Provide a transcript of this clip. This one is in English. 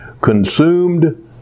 consumed